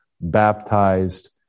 baptized